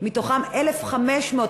מתוכם 1,500,